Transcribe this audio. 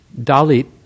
Dalit